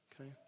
okay